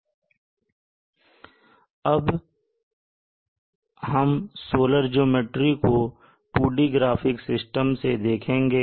यह अब हम सोलर ज्योमेट्री को 2D ग्राफिक सिस्टम से देखते हैं